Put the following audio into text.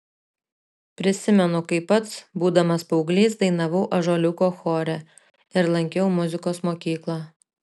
prisimenu kaip pats būdamas paauglys dainavau ąžuoliuko chore ir lankiau muzikos mokyklą